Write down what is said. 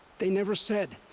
they never said.